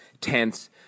tense